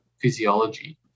physiology